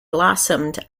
blossomed